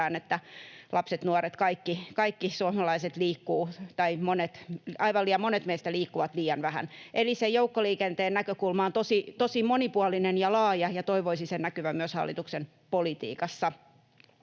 että lapset, nuoret, kaikki suomalaiset liikkuvat, tai aivan liian monet meistä liikkuvat, liian vähän. Eli se joukkoliikenteen näkökulma on tosi monipuolinen ja laaja, ja toivoisi sen näkyvän myös hallituksen politiikassa.